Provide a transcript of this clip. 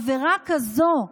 עבירה כזו,